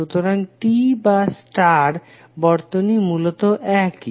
সুতরাং T বা star বর্তনী মূলত একই